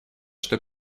что